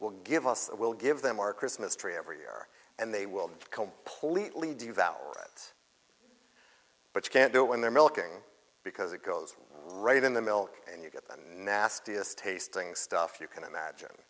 will give us a we'll give them our christmas tree every year and they will completely devour it but you can't do it when they're milking because it goes right in the milk and you get the nastiest tasting stuff you can imagine